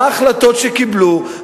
מה ההחלטות שקיבלו,